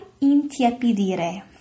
intiepidire